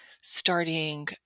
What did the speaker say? starting